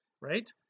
right